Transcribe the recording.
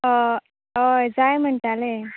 होय होय जाय म्हणटाले